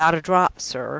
not a drop, sir.